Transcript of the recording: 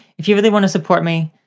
if you really want to support me,